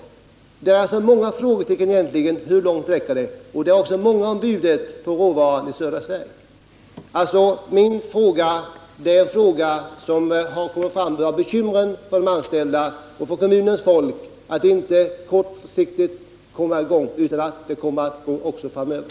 Det finns alltså många frågetecken i det här sammanhanget, och det är många om budet i södra Sverige när det gäller den här råvaran. Min fråga är föranledd av det förhållandet att det är viktigt för de anställda och för kommunens folk att man inte bara kommer i gång på kort sikt utan kan driva verksamheten också framöver.